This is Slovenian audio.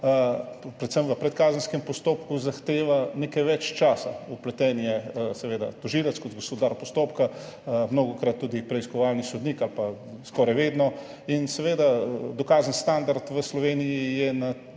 predvsem v predkazenskem postopku, zahteva nekaj več časa. Vpleten je seveda tožilec kot gospodar postopka, mnogokrat tudi preiskovalni sodnik, ali pa skoraj vedno. Dokazni standard v Sloveniji je na